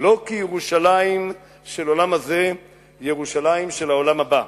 לא כירושלים של העולם הזה ירושלים של העולם הבא.